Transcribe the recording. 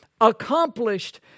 accomplished